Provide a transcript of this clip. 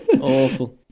awful